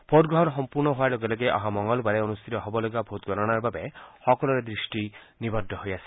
ভোটগ্ৰহণ সম্পূৰ্ণ হোৱাৰ লগে লগে অহা মঙলবাৰে অনুষ্ঠিত হব লগা ভোটগণনাৰ বাবে সকলোৰে দৃষ্টি নিবদ্ধ হৈ আছে